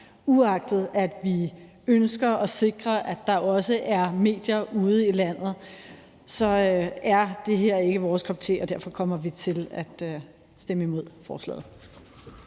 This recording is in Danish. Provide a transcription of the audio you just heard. uagtet at vi ønsker at sikre, at der også er medier ude i landet, er det her ikke vores kop te, og derfor kommer vi til at stemme imod forslaget.